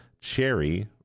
Cherry